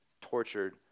tortured